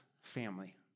family